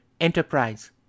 enterprise